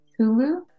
Hulu